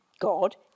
God